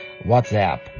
WhatsApp